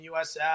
USF